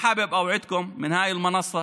ברצוני להבטיח לכם מעל במה זו